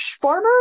farmer